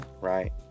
right